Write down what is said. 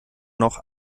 noch